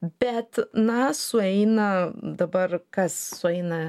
bet na sueina dabar kas sueina